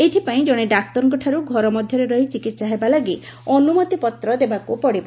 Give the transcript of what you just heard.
ଏଥିପାଇଁ ଜଣେ ଡାକ୍ତରଙ୍କଠାରୁ ଘର ମଧ୍ୟରେ ରହି ଚିକିତ୍ସା ହେବା ଲାଗି ଅନୁମତିପତ୍ର ଦେବାକୁ ପଡ଼ିବ